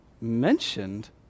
mentioned